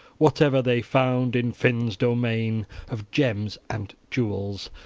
whatever they found in finn's domain of gems and jewels.